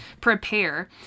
prepare